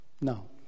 No